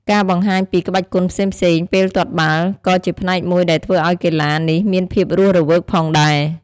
ការបង្ហាញពីក្បាច់គុនផ្សេងៗពេលទាត់បាល់ ក៏ជាផ្នែកមួយដែលធ្វើឲ្យកីឡានេះមានភាពរស់រវើកផងដែរ។